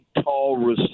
tall